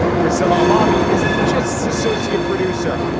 priscilla lobby is the justs associate producer.